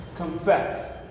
Confess